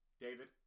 David